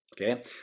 okay